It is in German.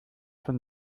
von